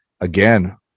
again